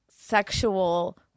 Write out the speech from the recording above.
sexual